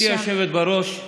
גברתי היושבת בראש,